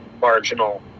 marginal